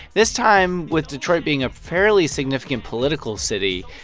this time, with detroit being a fairly significant political city,